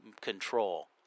control